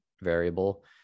variable